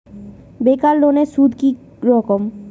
বেকার লোনের সুদ কি রকম?